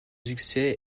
succès